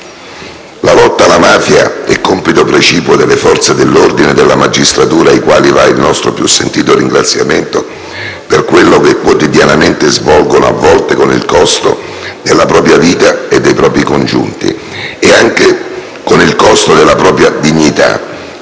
La lotta alle mafie è compito precipuo delle forze dell'ordine e della magistratura, alle quali va il nostro più sentito ringraziamento per quello che quotidianamente svolgono, a volte con il costo della vita di chi ne fa parte e dei suoi congiunti, e anche con il costo della propria dignità,